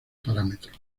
parámetros